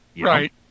Right